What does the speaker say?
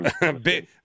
big